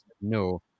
no